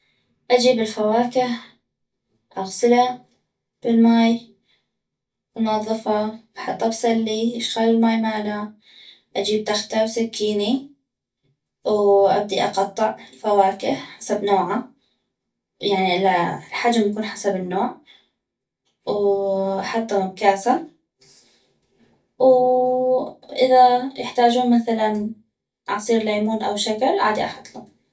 اجيب الفواكه اغسلا بالماي انظفا احطا بسلي يشخل الماي مالا اجيب تختة وسكيني وابدي اقطع الفواكه حسب نوعها يعني الحجم يكون حسب النوع واحطم بكاسة واذا يحتاجون مثلاً عصير ليمون او شكر عادي احطلم